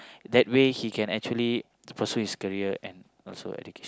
that way he can actually pursue his career and also education